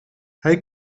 hij